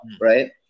right